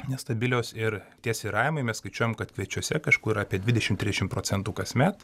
nestabilios ir tie svyravimai mes skaičiuojam kad kviečiuose kažkur yra apie dvidešimt trisdešimt procentų kasmet